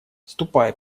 ступай